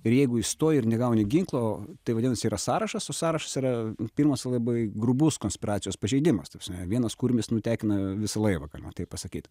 ir jeigu įstoji ir negauni ginklo tai vadinasi yra sąrašas o sąrašas yra pirmas labai grubus konspiracijos pažeidimas ta prasme vienas kurmis nutekina visą laivą galima taip pasakyt